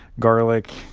garlic,